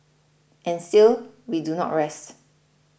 and still we do not rest